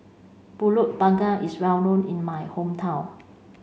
pulut panggang is well known in my hometown